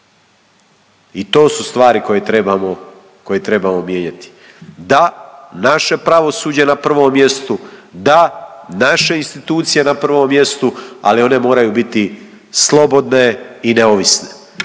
koje trebamo, koje trebamo mijenjati. Da, naše pravosuđe na prvom mjestu, da naše institucije na prvom mjestu ali one moraju biti slobodne i neovisne.